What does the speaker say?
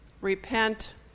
repent